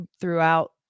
throughout